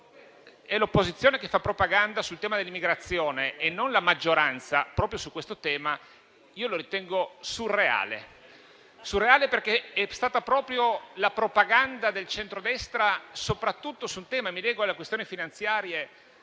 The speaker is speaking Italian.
è l'opposizione a fare propaganda sull'immigrazione e non la maggioranza, proprio su questo tema, lo ritengo surreale, perché è stata proprio la propaganda del centrodestra, soprattutto sull'argomento (mi lego alle questioni finanziarie),